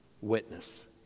Witness